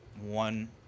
one